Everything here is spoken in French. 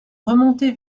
remontée